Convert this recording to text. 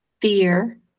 fear